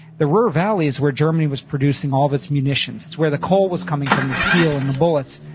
the ruhr valley is where germany was producing all of its munitions. it's where the coal was coming from, the steel and the bullets.